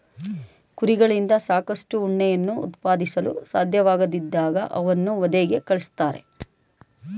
ಕುರಿಗಳಿಂದ ಸಾಕಷ್ಟು ಉಣ್ಣೆಯನ್ನು ಉತ್ಪಾದಿಸಲು ಸಾಧ್ಯವಾಗದಿದ್ದಾಗ ಅವನ್ನು ವಧೆಗೆ ಕಳಿಸ್ತಾರೆ